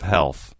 Health